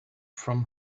from